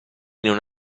non